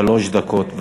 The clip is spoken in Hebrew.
שלוש דקות.